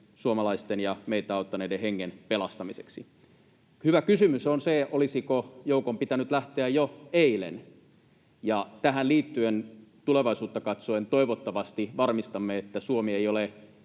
suomalaisten ja meitä auttaneiden hengen pelastamiseksi. Hyvä kysymys on se, olisiko joukon pitänyt lähteä jo eilen, ja tähän liittyen, tulevaisuutta katsoen, toivottavasti varmistamme, että Suomi ei ole